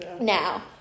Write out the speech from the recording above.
Now